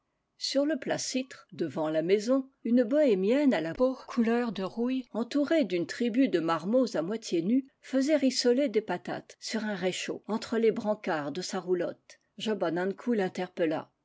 sur le placître devant la maison une bohémienne à la peau couleur de rouille entourée d'une tribu de marmots à moité nus faisait rissoler des patates sur un réchaud entre les brancards de sa roulotte job an ankou